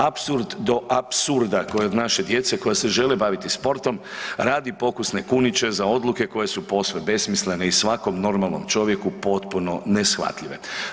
Apsurd do apsurda koji je od naše djece koja se žele baviti sportom, radi pokusne kuniće za odluke koje su posve besmislene i svakom normalnom čovjeku potpuno neshvatljive.